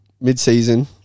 Mid-season